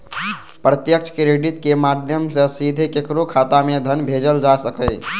प्रत्यक्ष क्रेडिट के माध्यम सं सीधे केकरो खाता मे धन भेजल जा सकैए